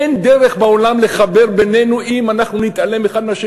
אין דרך בעולם לחבר בינינו אם אנחנו נתעלם זה מזה,